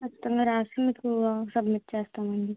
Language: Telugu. ఖచ్చితంగా రాసి మీకు సబ్మిట్ చేస్తానండి